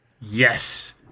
Yes